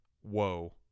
whoa